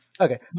Okay